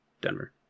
Denver